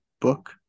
book